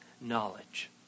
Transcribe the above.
knowledge